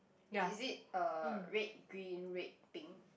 is it uh red green red pink